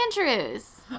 Andrews